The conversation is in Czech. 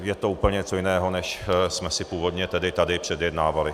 Je to úplně něco jiného, než jsme si původně tedy tady předjednávali.